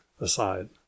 aside